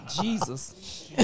jesus